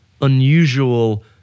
unusual